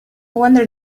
wonder